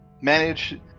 manage